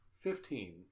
fifteen